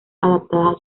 adaptadas